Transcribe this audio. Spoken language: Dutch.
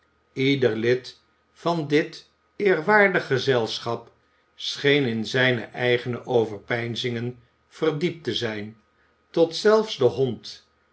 ieder lid van dit eerwaardig gezelschap scheen in zijne eigene overpeinzingen verdiept te zijn tot zelfs de hond